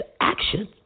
action